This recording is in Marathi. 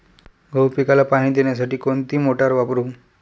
गहू पिकाला पाणी देण्यासाठी कोणती मोटार वापरू?